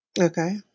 Okay